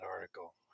article